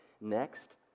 Next